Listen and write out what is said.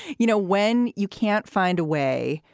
you know, when you can't find a way,